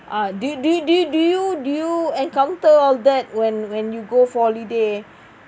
uh do do do do you do you encounter all that when when you go for holiday